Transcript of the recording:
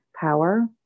power